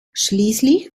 schließlich